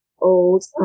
old